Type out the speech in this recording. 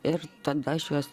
ir tada aš juos